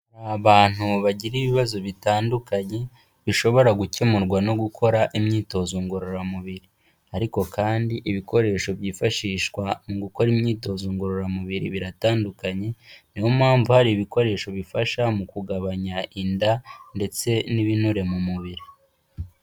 Hari abantu bagira ibibazo bitandukanye bishobora gukemurwa no gukora imyitozo ngororamubiri, ariko kandi ibikoresho byifashishwa mu gukora imyitozo ngororamubiri biratandukanye, niyo mpamvu hari ibikoresho bifasha mu kugabanya inda ndetse n'ibinure mu mubiri.